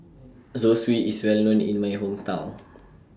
Zosui IS Well known in My Hometown